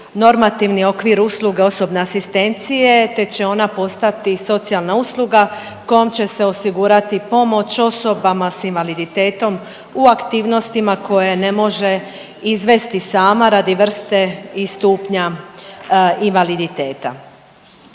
normativni okvir usluge osobne asistencije te će ona postati socijalna usluga kojom će se osigurati pomoć osobama s invaliditetom u aktivnostima koje ne može izvesti sama radi vrste i stupnja invaliditeta.